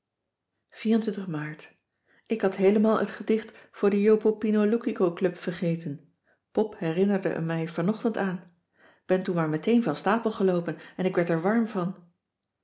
maart ik had heelemaal het gedicht voor de jopopinoloukicoclub vergeten pop herinnerde er mij vanochtend cissy van marxveldt de h b s tijd van joop ter heul aan k ben toen maar meteen van stapel geloopen en ik werd er warm van